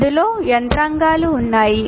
ఇందులో యంత్రాంగాలు ఉన్నాయి